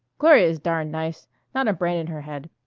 gloria's darn nice not a brain in her head.